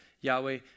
Yahweh